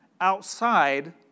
outside